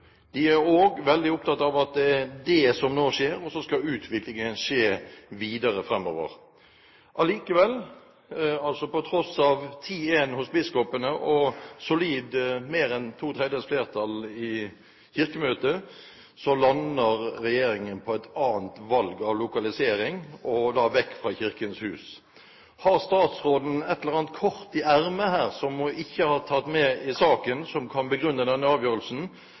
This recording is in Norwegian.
de er også veldig opptatt av det som nå skjer, og så skal utviklingen skje videre framover. Allikevel, på tross av 10–1 hos biskopene og mer enn to tredjedels flertall i Kirkemøtet, lander altså regjeringen på et annet valg av lokalisering, og da vekk fra Kirkens hus. Har statsråden et eller annet kort i ermet som hun ikke har tatt med i saken som kan begrunne denne